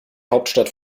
hauptstadt